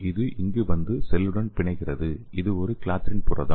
அது இங்கு வந்து செல்லுடன் பிணைகிறது இது ஒரு கிளாத்ரின் புரதம்